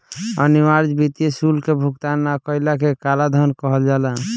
अनिवार्य वित्तीय शुल्क के भुगतान ना कईला के कालाधान कहल जाला